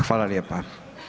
Hvala lijepa.